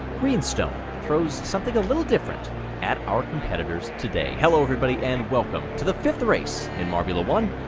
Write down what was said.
greenstone throws something a little different at our competitors today. hello everybody, and welcome to the fifth race in marbula one.